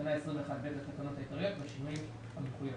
תקנה 21(ב) לתקנות העיקריות בשינויים המחויבים.